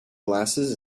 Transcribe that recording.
glasses